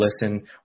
listen